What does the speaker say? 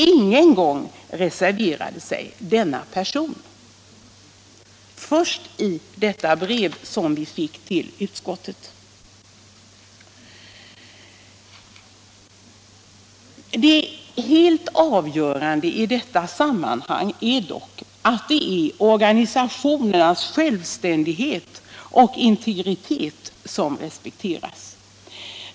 Ingen gång reserverade sig denna person -— först i detta brev som vi fick till utskottet. Det helt avgörande i detta sammanhang är dock att det är organisationernas självständighet och integritet som respekteras.